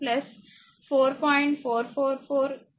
444 అవుతుంది